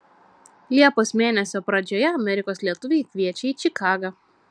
liepos mėnesio pradžioje amerikos lietuviai kviečia į čikagą